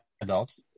adults